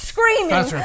screaming